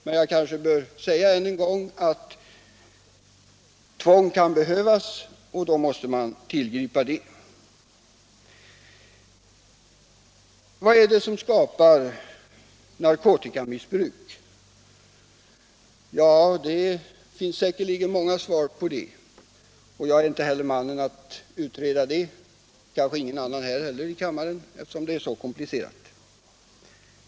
Men jag kanske än en gång bör säga att tvång kan behövas, och då måste man tillgripa det. Vad är det som skapar narkotikamissbruk? Ja, det finns säkerligen många svar, och jag är inte rätte mannen att utreda den frågan. Kanske finns det inte heller någon annan i kammaren som kan göra det, eftersom den är så oerhört komplicerad.